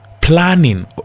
planning